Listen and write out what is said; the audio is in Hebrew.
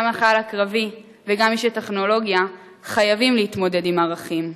גם החייל הקרבי וגם איש הטכנולוגיה חייבים להתמודד עם ערכים.